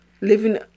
living